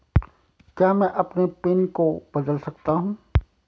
क्या मैं अपने पिन को बदल सकता हूँ?